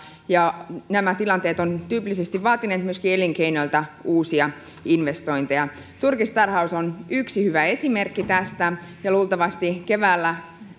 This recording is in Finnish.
ja nämä tilanteet ovat tyypillisesti vaatineet myöskin elinkeinoilta uusia investointeja turkistarhaus on yksi hyvä esimerkki tästä ja luultavasti keväällä